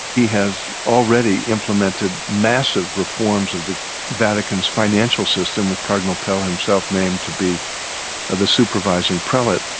he has already implemented massive reforms of the vatican's financial system, with cardinal pell himself named to be ah the supervising prelate.